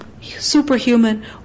superhuman